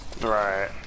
Right